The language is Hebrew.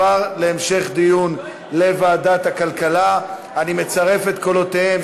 לוועדת הכלכלה נתקבלה.